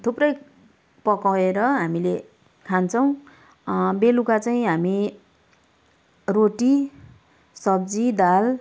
थुप्रै पकाएर हामीले खान्छौँ बेलुका चाहिँ हामी रोटी सब्जी दाल